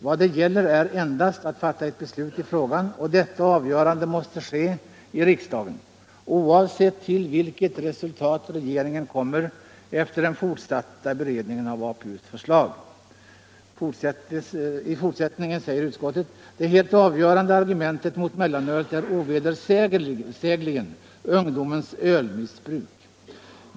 Vad det gäller är endast att fatta ett beslut i frågan, och detta avgörande måste ske i riksdagen, oavsett till vilket resultat regeringen kommer efter den fortsatta beredningen av APU:s förslag.” Längre fram säger utskottet: ”Det helt avgörande argumentet mot mellanölet är ovedersägligen ungdomens ölmissbruk.